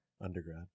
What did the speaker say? Undergrad